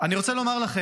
אני רוצה לומר לכם